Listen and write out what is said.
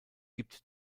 gibt